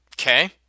Okay